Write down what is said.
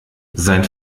sein